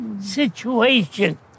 situation